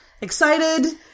Excited